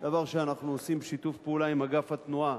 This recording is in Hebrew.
דבר שאנחנו עושים בשיתוף פעולה עם אגף התנועה